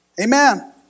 Amen